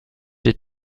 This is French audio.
des